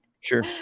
sure